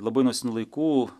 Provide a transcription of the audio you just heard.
labai nuo senų laikų